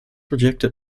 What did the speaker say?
rejected